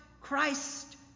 Christ